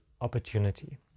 opportunity